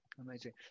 Amazing